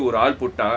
a lot stations